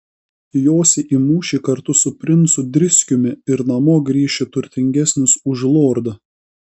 josi į mūšį kartu su princu driskiumi ir namo grįši turtingesnis už lordą